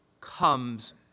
comes